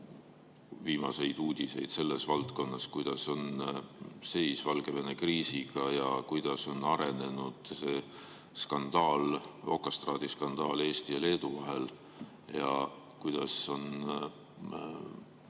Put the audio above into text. viimaseid uudiseid selles valdkonnas, kuidas on seis Valgevene kriisiga ja kuidas on arenenud see okastraadiskandaal Eesti ja Leedu vahel. Ja kuidas on